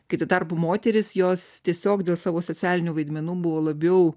kai tuo tarpu moterys jos tiesiog dėl savo socialinių vaidmenų buvo labiau